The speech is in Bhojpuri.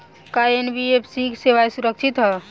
का एन.बी.एफ.सी की सेवायें सुरक्षित है?